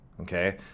Okay